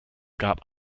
gab